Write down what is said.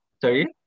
Sorry